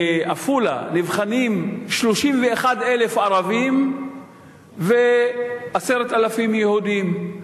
בעפולה נבחנים 31,000 ערבים ו-10,000 יהודים.